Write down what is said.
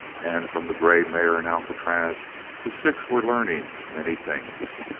and from the grey mare and alcatraz the six were learning many things.